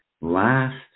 Last